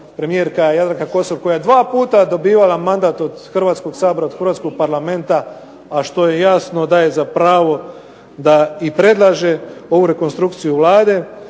premijerka Jadranka Kosor koja je dva puta dobivala mandat od Hrvatskog sabora od hrvatskog Parlamenta, a što je jasno daje za pravo da i predlaže ovu rekonstrukciju Vlade,